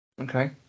Okay